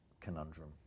conundrum